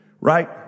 Right